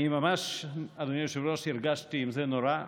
ממש, אדוני היושב-ראש, הרגשתי עם זה נורא.